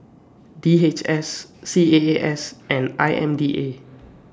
D H S C A A S and I M D A